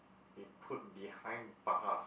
be put behind bars